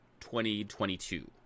2022